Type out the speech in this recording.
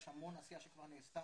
יש המון עשייה שכבר נעשתה,